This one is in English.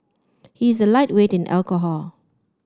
he is a lightweight in alcohol